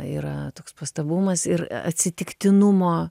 yra toks pastabumas ir atsitiktinumo